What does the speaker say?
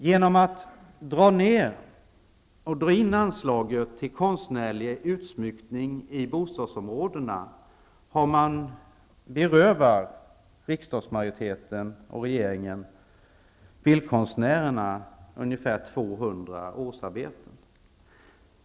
Genom att dra in anslaget till konstnärlig utsmyckning i bostadsområdena har riksdagsmajoriteten och regeringen berövat bildkonstnärerna ungefär 200 årsarbeten.